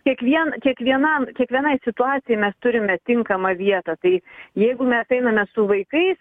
kiekvien kiekvienam kiekvienai situacijai mes turime tinkamą vietą tai jeigu mes einame su vaikais